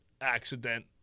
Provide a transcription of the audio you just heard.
accident